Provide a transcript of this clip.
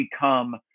become